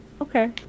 okay